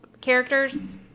characters